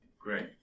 Great